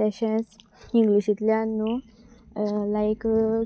तशेंच इंग्लिशींतल्यान न्हू लायक